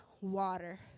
water